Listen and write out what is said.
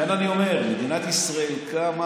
לכן אני אומר: מדינת ישראל קמה